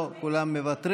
לא, כולם מוותרים.